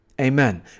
Amen